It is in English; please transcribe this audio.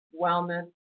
wellness